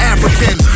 African